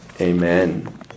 Amen